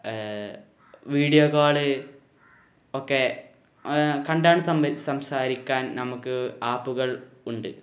video call ഒക്കെ കണ്ടാണ് സംസാ സംസാരിക്കാൻ നമുക്ക് ആപ്പുകൾ ഉണ്ട്